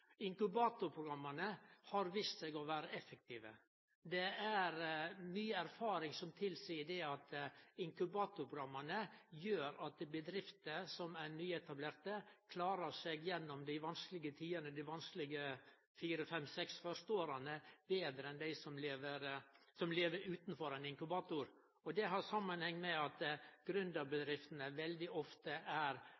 Inkubatorprogramma har vist seg å vere effektive. Mykje erfaring tilseier at inkubatorprogramma gjer at bedrifter som er nyetablerte, klarar seg gjennom dei vanskelege tidene, dei fire–fem–seks første vanskelege åra, betre enn dei som lever utanfor ein inkubator. Det har samanheng med at